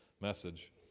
message